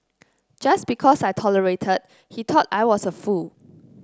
just because I tolerated he thought I was a fool